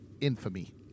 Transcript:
infamy